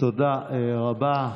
תודה רבה.